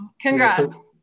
congrats